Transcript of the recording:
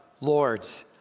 lords